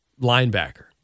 linebacker